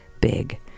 big